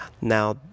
now